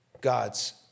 God's